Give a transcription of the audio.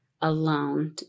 alone